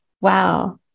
wow